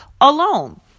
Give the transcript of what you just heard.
alone